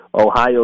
Ohio